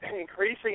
increasing